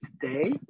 today